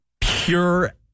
pure